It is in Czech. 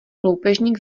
loupežník